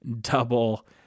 double